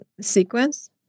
sequence